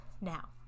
now